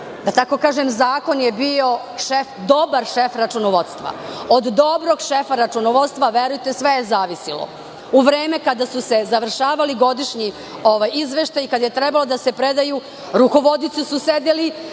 da tako kažem, zakon je bio dobar šef računovodstva. Od dobrog šefa računovodstva, sve je zavisilo. U vreme kada su se završavali godišnji izveštaji, kada je trebalo da se predaju rukovodioci su sedeli